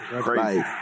Crazy